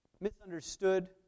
misunderstood